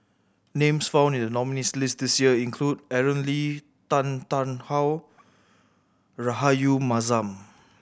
names found in the nominees' list this year include Aaron Lee Tan Tarn How Rahayu Mahzam